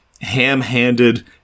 ham-handed